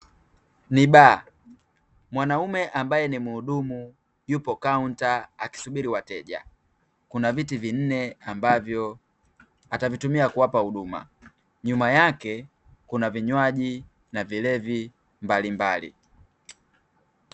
Ni baa, mwanaume ambaye ni mhudumu yupo kaunta akisubiri wateja kuna viti vinne ambavyo atavitumia kuwapa huduma, nyuma yake kuna vinywaji na vilevi mbalimbali.